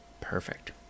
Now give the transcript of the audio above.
Perfect